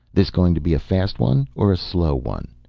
this going to be a fast one or a slow one?